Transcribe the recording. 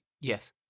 Yes